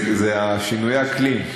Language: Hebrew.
זה שינויי האקלים.